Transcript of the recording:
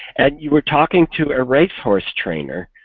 and you were talking to a racehorse trainer,